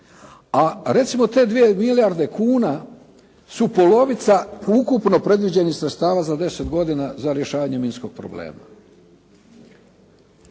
A recimo te dvije milijarde kuna su polovica ukupno predviđenih sredstava za 10 godina za rješavanje minskog problema.